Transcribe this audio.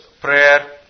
Prayer